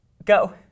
Go